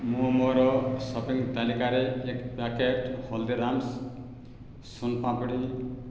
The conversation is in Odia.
ମୁଁ ମୋର ସପିଂ ତାଲିକାରେ ଏକ୍ ପ୍ୟାକେଟ୍ ହଳଦୀରାମ୍ ସୋନ୍ ପାମ୍ପୁଡ଼ି